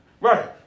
Right